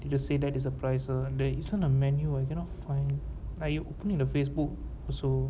it just say that is the price lah there isn't a menu I cannot find I open in the facebook also